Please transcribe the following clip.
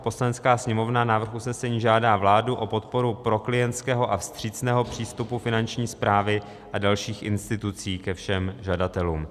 Poslanecká sněmovna návrh usnesení: žádá vládu o podporu proklientského a vstřícného přístupu Finanční správy a dalších institucí ke všem žadatelům.